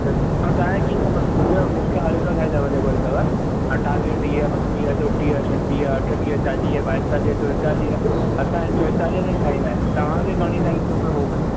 मूंखे हर हिकु साइज़ अवैलेबल अथव अठावीह टीह ॿटीह चोटीह छ्टीह अठटीह चालीह ॿाएतालीह चोएतालीह असांजे चोएतालीह ताईं साइज़ आहे तव्हांखे घणी ताईं खपे उहो ॿुधायो